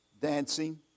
dancing